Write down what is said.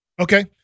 Okay